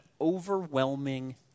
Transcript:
overwhelming